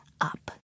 up